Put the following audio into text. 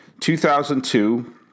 2002